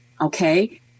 Okay